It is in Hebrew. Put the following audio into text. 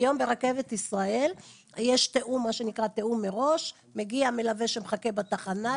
היום יש ברכבת ישראל תיאום מראש מגיע מלווה שמחכה בתחנה,